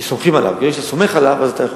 כי סומכים עליו.